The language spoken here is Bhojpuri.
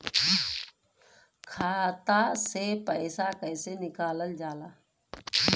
खाता से पैसा कइसे निकालल जाला?